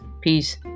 peace